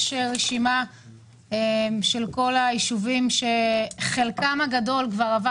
יש רשימה של כל היישובים שחלקם הגדול כבר עבר